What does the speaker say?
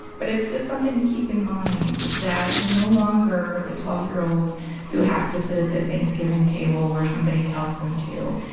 but it's just something to keep in mind, that you're no longer the twelve year old who has to sit at the thanksgiving table where somebody tells them to.